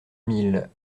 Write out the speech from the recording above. mille